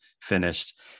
finished